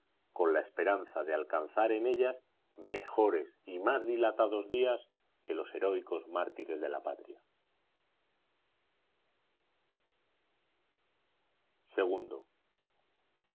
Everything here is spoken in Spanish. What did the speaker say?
con la esperanza de alcanzar en ellas mejores y más dilatados días que los heroicos mártires de la patria